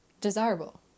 desirable